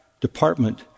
department